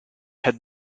had